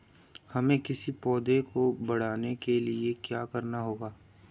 हमें किसी पौधे को बढ़ाने के लिये क्या करना होगा?